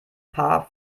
paar